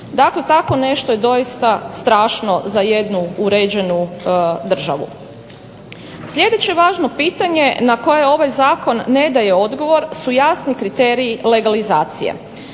Dakle, tako nešto je doista strašno za jednu uređenu državu. Sljedeće važno pitanje na koje ovaj zakon ne daje odgovor su jasni kriteriji legalizacije.